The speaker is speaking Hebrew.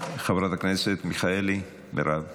חברת הכנסת מיכאלי, מרב.